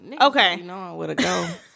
Okay